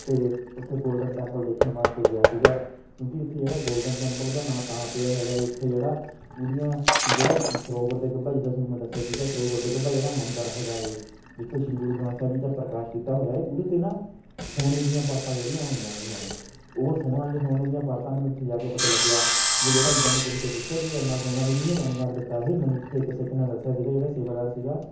ਅਤੇ ਉੱਥੇ Golden Temple ਦੇਖਣ ਵਾਸਤੇ ਗਿਆ ਸੀਗਾ ਕਿਉਂਕਿ ਉੱਥੇ ਜਿਹੜਾ ਗੋਲਡਨ ਟੈਂਪਲ ਉਹਦਾ ਨਾਂ ਤਾਂ ਪਿਆ ਹੈਗਾ ਏ ਉੱਥੇ ਜਿਹੜਾ ਉਹਦੀਆਂ ਜਿਹੜਾ ਸਰੋਵਰ ਦੇ ਗੱਭੇ ਜਿੱਦਾਂ ਤੁਹਾਨੂੰ ਮੈਂ ਦੱਸਿਆ ਸੀਗਾ ਸਰੋਵਰ ਦੇ ਗੱਬਾ ਜਿਹੜਾ ਮੰਦਰ ਹੈਗਾ ਏ ਜਿੱਥੇ ਸ਼੍ਰੀ ਗੁਰੂ ਗ੍ਰੰਥ ਸਾਹਿਬ ਜੀ ਦਾ ਪ੍ਰਕਾਸ਼ ਕੀਤਾ ਹੋਇਆ ਏ ਉਹਦੇ 'ਤੇ ਨਾ ਸੋਨੇ ਦੀਆਂ ਪਰਤਾਂ ਚੜ੍ਹੀਆਂ ਹੋਈਆਂ ਹੋਈਆਂ ਏ ਉਹ ਸੋਨੇ ਦੀਆਂ ਪਰਤਾਂ ਮੈਨੂੰ ਉੱਥੇ ਜਾ ਕੇ ਪਤਾ ਲੱਗਿਆ ਵੀ ਜਿਹੜਾ ਜਿੱਦਾਂ ਮੈਂ ਕਿਸੇ ਤੋਂ ਪੁੱਛਿਆ ਵੀ ਇੰਨਾਂ ਸੋਨਾ ਮੈਂ ਕਿਹਨੇ ਦਾਨ ਕਰ ਦਿੱਤਾ ਇਹ ਮੈਨੂੰ ਉੱਥੇ ਇੱਕ ਸਿੱਖ ਨੇ ਦੱਸਿਆ ਸੀਗਾ ਜਿਹੜਾ ਸੇਵਾਦਾਰ ਸੀਗਾ